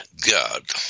God